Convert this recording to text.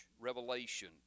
revelation